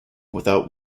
without